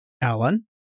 Alan